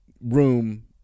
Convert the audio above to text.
room